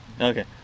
Okay